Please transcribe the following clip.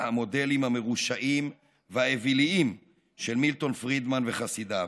מהמודלים המרושעים והאוויליים של מילטון פרידמן וחסידיו.